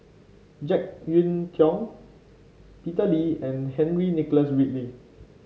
JeK Yeun Thong Peter Lee and Henry Nicholas Ridley